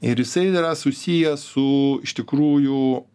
ir jisai yra susiję su iš tikrųjų